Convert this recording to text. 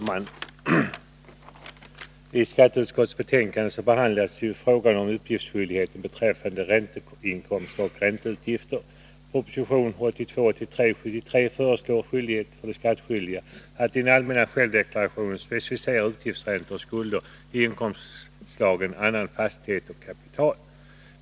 Herr talman! I förevarande betänkande från skatteutskottet behandlas frågan om uppgiftsskyldigheten beträffande ränteinkomster och ränteutgifter. I proposition 1981/82:73 föreslås en skyldighet för de skattskyldiga att i den allmänna självdeklarationen specificera utgiftsräntor och skulder i inkomstslagen annan fastighet och kapital.